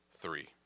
three